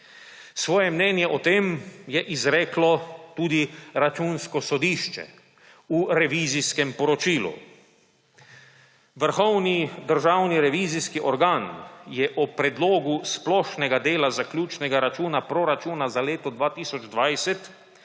Svoje mnenje o tem je izreklo tudi Računsko sodišče v revizijskem poročilu. Vrhovni državni revizijski organ je o predlogu splošnega dela zaključnega računa proračuna za leto 2020